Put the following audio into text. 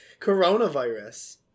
Coronavirus